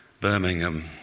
Birmingham